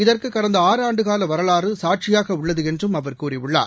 இதற்கு கடந்த ஆறு ஆண்டுகால வரலாறு சாட்சியாக உள்ளது என்றும் அவர் கூறியுள்ளார்